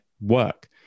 work